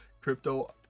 crypto